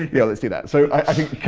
yeah. let's do that. so i mean